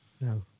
No